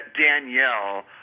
Danielle